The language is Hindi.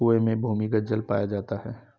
कुएं में भूमिगत जल पाया जाता है